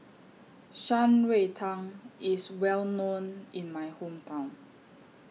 Shan Rui Tang IS Well known in My Hometown